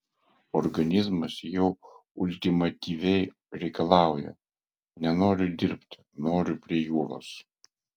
organizmas jau ultimatyviai reikalauja nenoriu dirbti noriu prie jūros